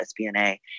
SBNA